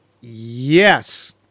Yes